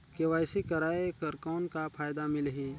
KYC कराय कर कौन का फायदा मिलही?